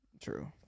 true